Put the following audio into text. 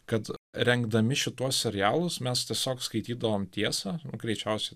kad rengdami šituos serialus mes tiesiog skaitydavom tiesą greičiausiai